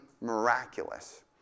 miraculous